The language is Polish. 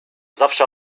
zawsze